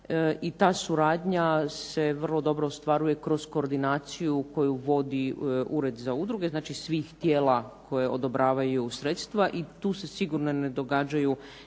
I ta suradnja se vrlo dobro ostvaruje kroz koordinaciju koju vodi Ured za udruge, znači svih tijela koje odobravaju sredstva i tu se sigurno ne događaju